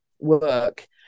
work